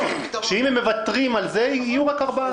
שאם הם מוותרים על זה יהיו רק ארבעה.